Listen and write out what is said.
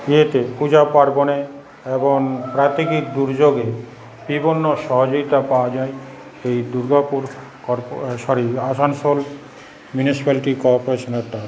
ইয়েতে পূজা পার্বণে এবং প্রাকৃতিক দুর্যোগে বিভিন্ন সহযোগিতা পাওয়া যায় এই দুর্গাপুর কর্পো সরি আসানসোল মিউনিসিপালিটি কর্পোরেশনের তরফ থেকে